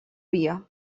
via